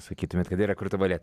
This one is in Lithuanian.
sakytumėt kad yra kur tobulėt